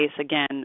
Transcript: Again